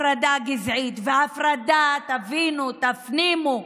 הפרדה גזעית, ותבינו, תפנימו: